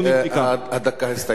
תודה רבה, אדוני, הדקה הסתיימה מזמן.